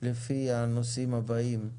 לפי הנושאים הבאים.